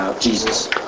Jesus